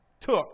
took